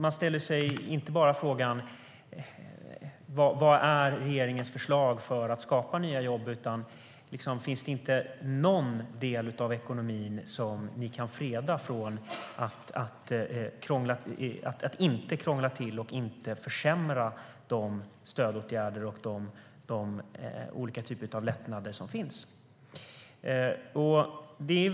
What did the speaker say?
Man ställer sig inte bara frågan vad som är regeringens förslag för att skapa nya jobb, utan man undrar också om det inte finns någon del av ekonomin som ni kan freda, så att ni inte krånglar till och försämrar de stödåtgärder och lättnader som finns.